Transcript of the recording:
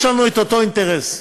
יש לנו אותו אינטרס.